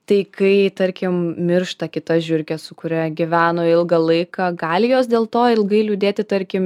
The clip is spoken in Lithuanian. tai kai tarkim miršta kita žiurkė su kuria gyveno ilgą laiką gali jos dėl to ilgai liūdėti tarkim